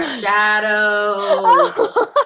shadow